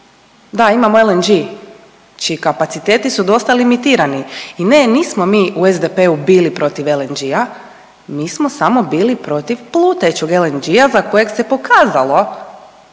Da imamo LNG čiji kapaciteti su dosta limitirani i ne, nismo mi u SDP-u bili protiv LNG-a, mi smo bili samo protiv plutajućeg LNG-a za kojeg se pokazalo